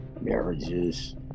marriages